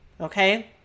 Okay